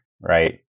right